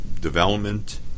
development